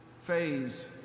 phase